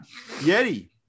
Yeti